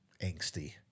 angsty